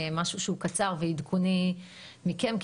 משהו שהוא קצר ועדכוני מכם,